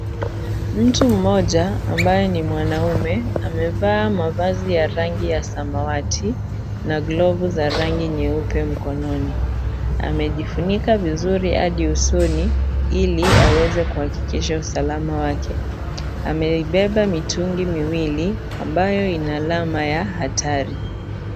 Mtu mmoja ambaye ni mwanaume amevaa mavazi ya rangi ya samawati na glovu za rangi nyeupe mkononi. Amejifunika vizuri hadi usoni ili aweze kuhakikisha usalama wake. Ameibeba mitungi miwili ambayo ina alama ya hatari.